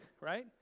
right